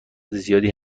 زیادی